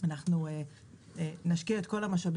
אבל עוד לפני שזה קרה המשרד ומנכ"לית המשרד השקיעו